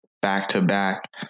back-to-back